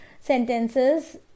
sentences